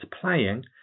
playing